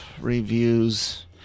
reviews